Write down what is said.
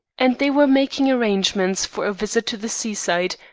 and they were making arrangements for a visit to the seaside,